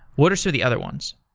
what are so the other ones?